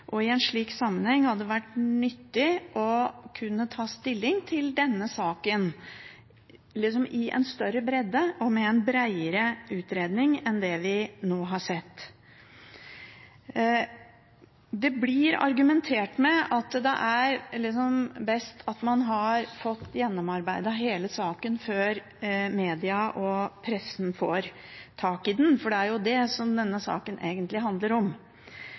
og i en slik sammenheng hadde det vært nyttig å kunne ta stilling til denne saken i en større bredde og med en bredere utredning enn det vi nå har sett. Det blir argumentert med at det er best at man har fått gjennomarbeidet hele saken før media og pressen får tak i den. Det er det denne saken egentlig handler om.